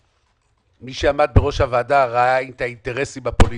מי שעמד בראש הוועדה ראה את האינטרסים הפוליטיים,